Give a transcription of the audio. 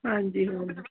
ਹਾਂਜੀ ਹਾਂਜੀ